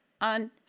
on